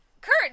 Kurt